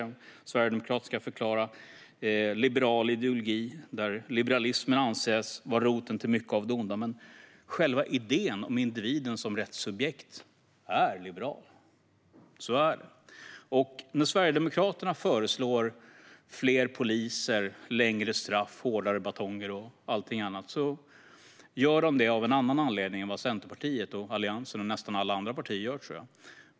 När Sverigedemokraterna ska förklara liberal ideologi anses liberalismen vara roten till mycket av det onda. Men själva idén om individen som rättssubjekt är liberal. Så är det. Och när Sverigedemokraterna föreslår fler poliser, längre straff, hårdare batonger och så vidare gör de det av en annan anledning än Centerpartiet, de övriga allianspartierna och nästan alla andra partier.